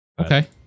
Okay